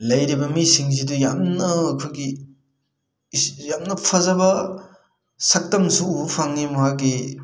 ꯂꯩꯔꯤꯕ ꯃꯤꯁꯤꯡꯁꯤꯗ ꯌꯥꯝꯅ ꯑꯩꯈꯣꯏꯒꯤ ꯌꯥꯝꯅ ꯐꯖꯕ ꯁꯛꯇꯝꯁꯨ ꯎꯕ ꯐꯪꯉꯤ ꯃꯍꯥꯛꯀꯤ